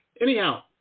Anyhow